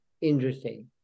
Interesting